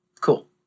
cool